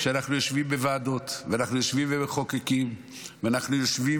כשאנחנו יושבים בוועדות ואנחנו יושבים ומחוקקים ואנחנו יושבים